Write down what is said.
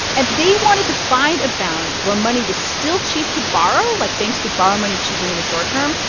and they wanted to find a balance where money was still cheap to borrow like, banks could borrow money cheaply in the short term,